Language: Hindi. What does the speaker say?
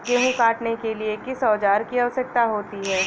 गेहूँ काटने के लिए किस औजार की आवश्यकता होती है?